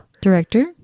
Director